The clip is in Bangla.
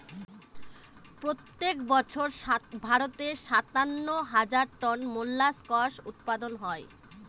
প্রত্যেক বছর ভারতে সাতান্ন হাজার টন মোল্লাসকস উৎপাদন হয়